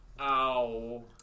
Ow